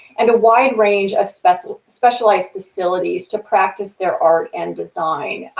and a wide range of special specialized facilities to practice their art and design.